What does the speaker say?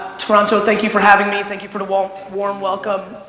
toronto, thank you for having me. thank you for the warm warm welcome.